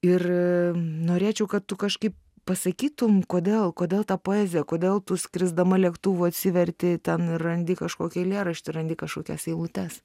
ir norėčiau kad tu kažkaip pasakytum kodėl kodėl ta poezija kodėl tu skrisdama lėktuvu atsiverti ten randi kažkokį eilėraštį randi kažkokias eilutes